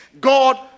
God